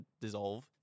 dissolve